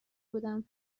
بودم